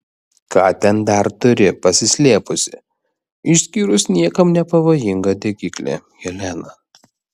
ką ten dar turi paslėpusi išskyrus niekam nepavojingą degiklį helena